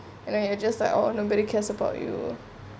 and then I just like oh nobody cares about you